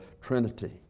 Trinity